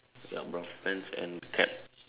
ya brown pants and cap